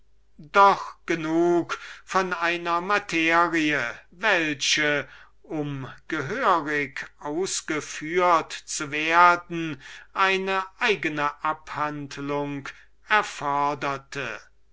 deklamieren doch genug von einer materie welche um gehörig ausgeführt zu werden eine eigene abhandlung